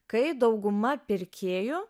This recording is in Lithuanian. kai dauguma pirkėjų